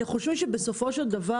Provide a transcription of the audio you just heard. אני חושבת שבסופו של דבר,